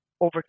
over